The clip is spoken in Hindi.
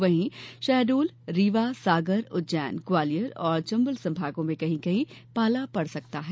वहीं शहडोल रीवा सागर उज्जैन ग्वालियर और चंबल संभागों में कहीं कहीं पाला पड़ सकता है